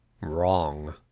Wrong